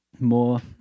more